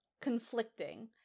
conflicting